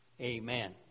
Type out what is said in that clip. amen